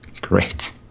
great